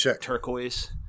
turquoise